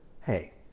Hey